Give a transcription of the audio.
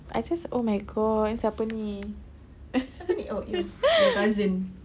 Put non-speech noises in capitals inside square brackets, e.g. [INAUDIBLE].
I just oh my god siapa ni [LAUGHS]